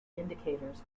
indicators